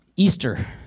Easter